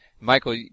Michael